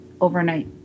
overnight